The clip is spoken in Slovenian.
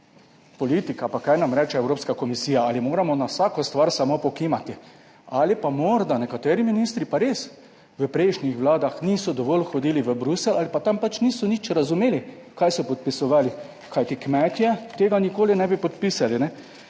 politika, pa kaj nam reče Evropska komisija, ali moramo na vsako stvar samo pokimati ali pa morda nekateri ministri pa res v prejšnjih vladah niso dovolj hodili v Bruselj ali pa tam pač niso nič razumeli kaj so podpisovali? Kajti kmetje tega nikoli ne bi podpisali.